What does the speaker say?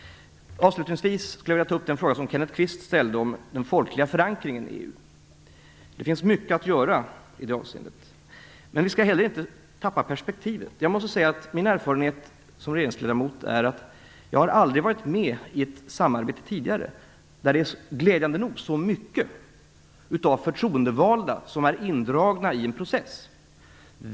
Avslutningsvis skulle jag vilja ta upp den fråga som Kenneth Kvist ställde om den folkliga förankringen i EU. Det finns mycket att göra i det avseendet. Men vi skall heller inte tappa perspektivet. Min erfarenhet som regeringsledamot är jag aldrig tidigare varit med i ett samarbete där det, glädjande nog, är så många förtroendevalda som är indragna i en process.